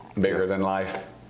bigger-than-life